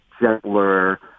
gentler